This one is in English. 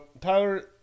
Tyler